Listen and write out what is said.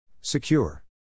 Secure